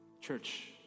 Church